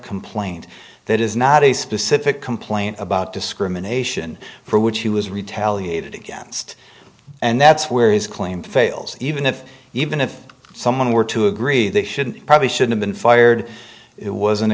complaint that is not a specific complaint about discrimination for which he was retaliated against and that's where his claim fails even if even if someone were to agree they should probably should have been fired it was